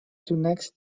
zunächst